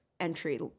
entry